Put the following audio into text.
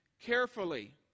carefully